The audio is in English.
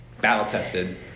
battle-tested